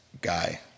guy